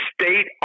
State